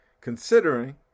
considering